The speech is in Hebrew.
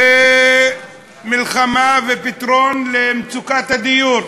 ומלחמה, ופתרון למצוקת הדיור.